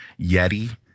Yeti